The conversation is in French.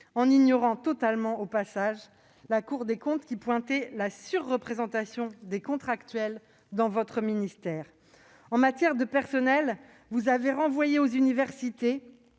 ignorez totalement, au passage, la Cour des comptes, qui pointait la surreprésentation des contractuels au sein de votre ministère. En matière de personnels, vous avez renvoyé aux universités,